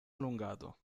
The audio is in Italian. allungato